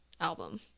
album